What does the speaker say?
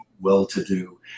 well-to-do